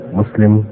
Muslim